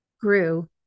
grew